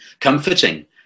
comforting